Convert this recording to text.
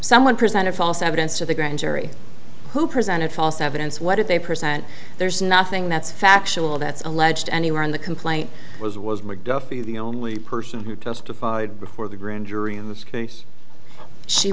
someone presented false evidence to the grand jury who presented false evidence what did they present there's nothing that's factual that's alleged anywhere in the complaint was was mcduffie the only person who testified before the grand jury in this case she